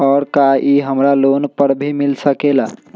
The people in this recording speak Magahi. और का इ हमरा लोन पर भी मिल सकेला?